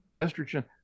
estrogen